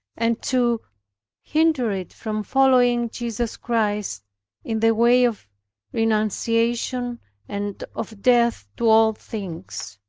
and to hinder it from following jesus christ in the way of renunciation and of death to all things.